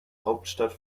hauptstadt